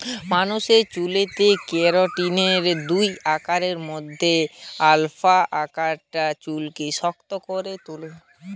মানুষের চুলেতে কেরাটিনের দুই আকারের মধ্যে আলফা আকারটা চুলকে শক্ত করে তুলে